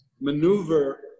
maneuver